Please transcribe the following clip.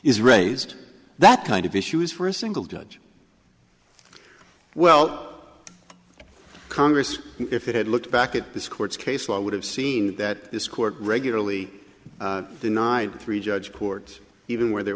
is raised that kind of issues for a single judge well congress if it had looked back at this court's case i would have seen that this court regularly denied three judge court even where there